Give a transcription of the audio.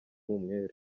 umwere